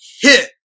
hit